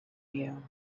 you